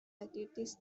activities